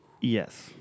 Yes